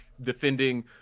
defending